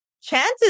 chances